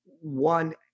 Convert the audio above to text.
One